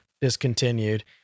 discontinued